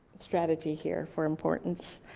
strategy here for importance.